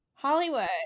Hollywood